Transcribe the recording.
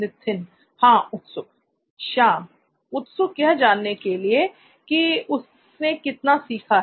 नित्थिन हां उत्सुक श्याम उत्सुक यह जानने के लिए कि उसने कितना सीखा